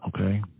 okay